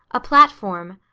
a platform.